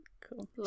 Cool